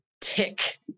tick